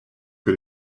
que